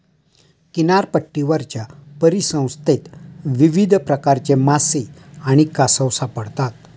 किनारपट्टीवरच्या परिसंस्थेत विविध प्रकारचे मासे आणि कासव सापडतात